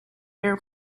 air